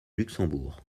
luxembourg